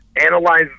analyze